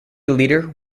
leader